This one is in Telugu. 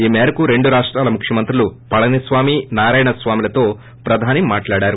ఈ మేరకు రెండు రాష్టాల ముఖ్యమంత్రులు పళనిస్వామి నారాయణ స్వామితో ప్రధాని మాట్లాడారు